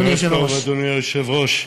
ערב טוב, אדוני היושב-ראש,